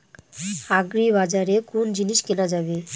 আগ্রিবাজারে কোন জিনিস কেনা যাবে?